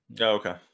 Okay